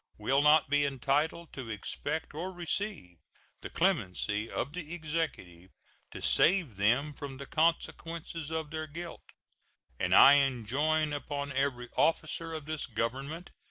will not be entitled to expect or receive the clemency of the executive to save them from the consequences of their guilt and i enjoin upon every officer of this government,